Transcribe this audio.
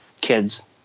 kids